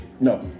No